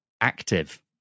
active